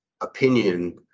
opinion